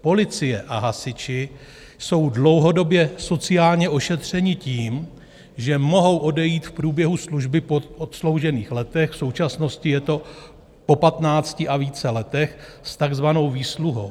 Policie a hasiči jsou dlouhodobě sociálně ošetřeni tím, že mohou odejít v průběhu služby po odsloužených letech, v současnosti je to po patnácti a více letech, s takzvanou výsluhou.